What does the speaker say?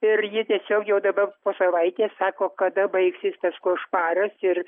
ir ji tiesiog jau dabar po savaitės sako kada baigsis tas košmaras ir